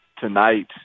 tonight